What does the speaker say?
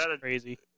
crazy